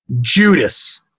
Judas